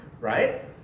Right